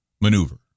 maneuver